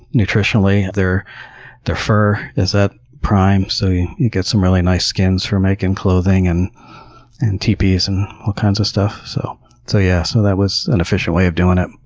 nutritionally. their their fur is at prime, so you, you get some really nice skins for making clothing, and and teepees, and all kinds of stuff. so so yeah, so that was an official way of doing it.